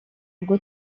ubwo